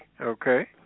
okay